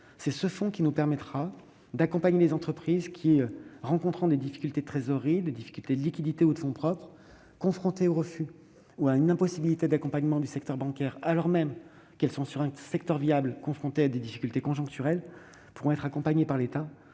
qui le porte à 3 milliards d'euros. Ainsi, les entreprises rencontrant des difficultés de trésorerie, des difficultés de liquidité ou de fonds propres, confrontées au refus ou à une impossibilité d'accompagnement du secteur bancaire, alors même qu'elles interviennent dans un secteur viable ou connaissent des difficultés conjoncturelles, pourront être accompagnées par l'État